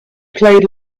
played